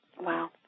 Wow